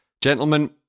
Gentlemen